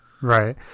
Right